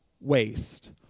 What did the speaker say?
waste